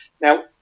Now